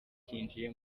cyinjiye